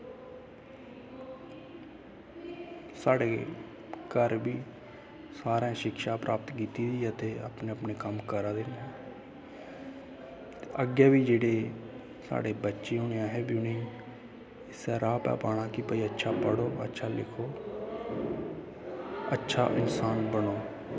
साढ़े घर बी सारैं शिक्षा प्राप्त कीती दी ऐ ते अपनै अपनै कम्म करा दे नै अग्गै बी साढ़े जेह्ड़े बच्चे होने असैं उनेंगी इस्सै राह् पर पाना भाई अच्छे पढ़ो अच्छे लिखो अच्छा इंसान बनो